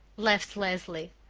laughed leslie.